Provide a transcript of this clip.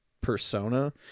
persona